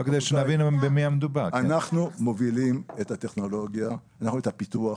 אנחנו מובילים את הטכנולוגיה, אנחנו את הפיתוח.